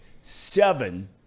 seven